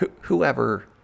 whoever